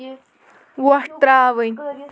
وۄٹھ ترٛاوٕنۍ